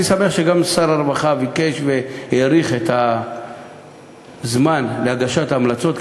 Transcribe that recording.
אני שמח שגם שר הרווחה ביקש והאריך את הזמן להגשת ההמלצות,